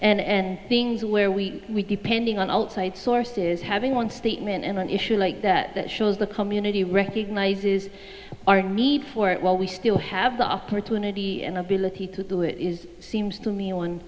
sorry and things where we we depending on outside sources having one statement in an issue like that that shows the community recognizes our need for it while we still have the opportunity and ability to do it is seems to me on